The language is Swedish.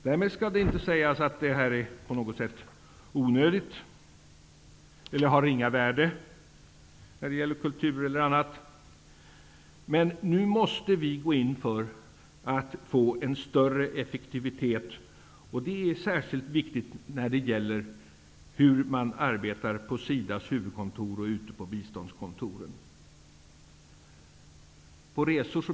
Därmed skall det inte sägas att t.ex. kulturprojekt på något sätt är onödiga eller av ringa värde, men nu måste vi gå in för att få en större effektivitet. Det är särskilt viktigt när det gäller hur man arbetar på SIDA:s huvudkontor och ute på biståndskontoren.